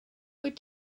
wyt